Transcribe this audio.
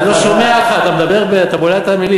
אני לא שומע אותך, אתה בולע את המילים.